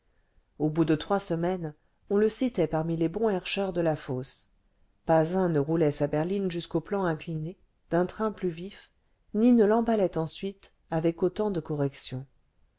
au bout de trois semaines on le citait parmi les bons herscheurs de la fosse pas un ne roulait sa berline jusqu'au plan incliné d'un train plus vif ni ne l'emballait ensuite avec autant de correction